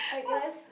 I guess